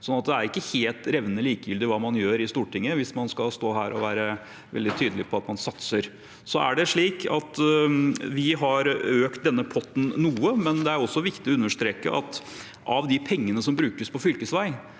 Det er ikke helt revnende likegyldig hva man gjør i Stortinget, hvis man skal stå her og være veldig tydelig på at man satser. Vi har økt denne potten noe, men det er også viktig å understreke at av de pengene som brukes på fylkesvei,